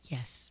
Yes